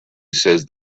says